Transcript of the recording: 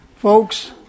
Folks